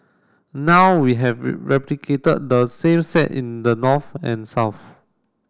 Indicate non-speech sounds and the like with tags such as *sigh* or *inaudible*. now we have *unintelligible* replicated the same set in the north and south